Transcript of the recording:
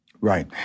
Right